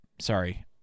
sorry